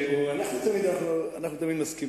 אנחנו תמיד מסכימים.